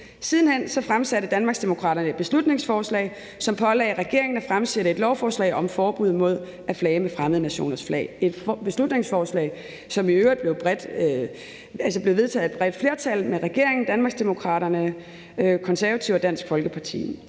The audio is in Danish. Siden hen fremsatte Danmarksdemokraterne et beslutningsforslag, som pålagde regeringen at fremsætte et lovforslag om forbud mod at flage med fremmede nationers flag; et beslutningsforslag, som i øvrigt blev vedtaget af et bredt flertal med regeringen, Danmarksdemokraterne, Konservative og Dansk Folkeparti.